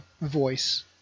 voice